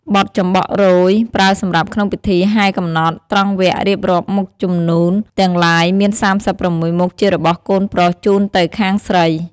បទចំបក់រោយ ប្រើសម្រាប់ក្នុងពិធីហែកំណត់ ត្រង់វគ្គរៀបរាប់មុខជំនូនទាំងឡាយមាន៣៦មុខជារបស់កូនប្រុសជូនទៅខាងស្រី។